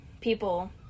people